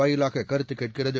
வாயிலாக கருத்து கேட்கிறது